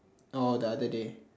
oh the other day